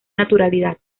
naturalidad